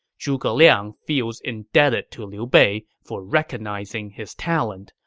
zhuge liang feels indebted to liu bei for recognizing his talent,